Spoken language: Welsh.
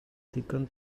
ddigon